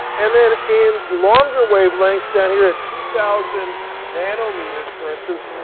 and then in longer wavelengths down here at two thousand nanometers, for instance,